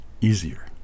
easier